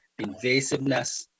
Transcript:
invasiveness